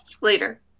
later